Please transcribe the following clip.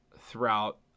throughout